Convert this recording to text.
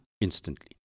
instantly